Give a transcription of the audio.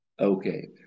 Okay